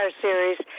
series